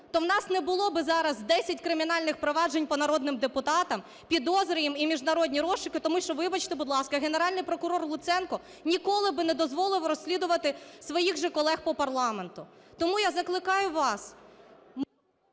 то у нас не було би зараз 10 кримінальних проваджень по народним депутатам, підозри їм і міжнародні розшуки, тому що, вибачте, будь ласка, Генеральний прокурор Луценко ніколи би не дозволив розслідувати своїх же колег по парламенту. Тому я закликаю вас…